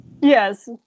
Yes